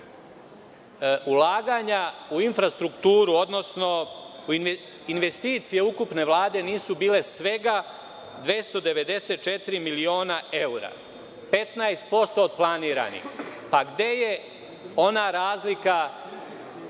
ulaganja u infrastrukturu, odnosno investicije ukupne vlade nisu bile svega 294 miliona evra, 15% od planiranih. Pa, gde je ona razlika